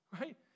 Right